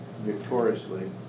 victoriously